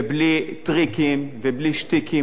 ובלי טריקים ובלי שטיקים.